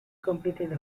completed